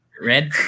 Red